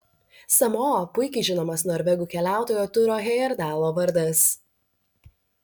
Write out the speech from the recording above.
samoa puikiai žinomas norvegų keliautojo turo hejerdalo vardas